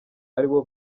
aribo